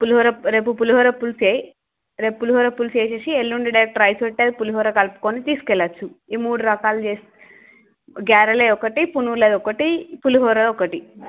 పులిహోర రేపు పులిహోర పులుసు వేయి రేపు పులిహోర ఫుల్ చేసి ఎల్లుండి డైరెక్ట్గా రైస్ ఉంటే పులిహోర కలుపుకొని తీసుకెళ్ళచ్చు ఈ మూడు రకాలు చేసి గారెలవి ఒకటి పునుగులవి ఒకటి ఈ పులిహార ఒకటి